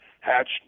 hatched